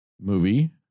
movie